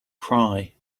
cry